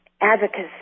advocacy